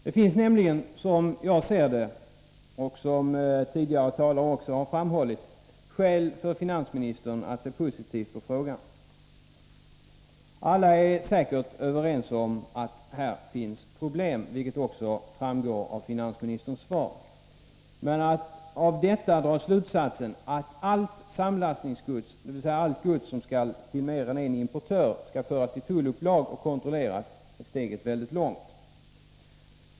Det finns nämligen, som jag ser det, och som tidigare talare också har framhållit, skäl för finansministern att se positivt på frågan. Alla är säkert överens om att här finns problem, vilket också framgår av finansministerns svar, men till att av detta dra slutsatsen att allt samlastningsgods, dvs. allt gods som skall till mer än en importör, skall föras till tullupplag för att kontrolleras är steget mycket långt.